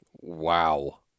Wow